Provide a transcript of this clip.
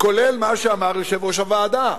כולל מה שאמר יושב-ראש הוועדה,